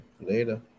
Later